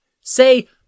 say